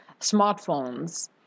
smartphones